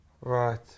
Right